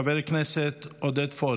חבר הכנסת עודד פורר,